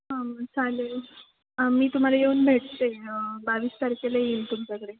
हां मग चालेल मी तुम्हाला येऊन भेटते बावीस तारखेला येईल तुमच्याकडे